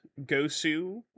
Gosu